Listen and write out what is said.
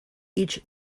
each